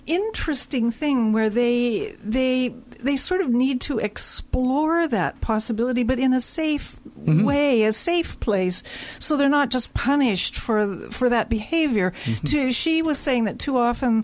interesting thing where they they they sort of need to explore that possibility but in a safe way is safe place so they're not just punished for that behavior does she was saying that too